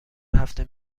هفته